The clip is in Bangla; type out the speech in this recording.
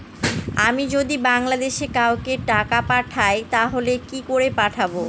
আমি যদি বাংলাদেশে কাউকে টাকা পাঠাই তাহলে কি করে পাঠাবো?